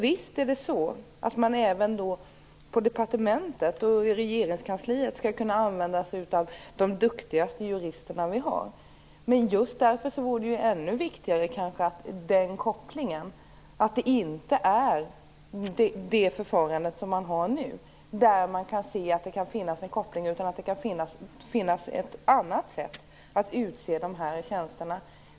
Visst skall man även på departementet och i Regeringskansliet kunna använda sig av de duktigaste juristerna vi har. Just därför är det kanske ännu viktigare att det inte är ett förfarande - som nu - där man ser att det kan finnas en koppling. Det kan finnas ett annat sätt att utse dessa tjänster.